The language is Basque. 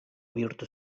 bihurtu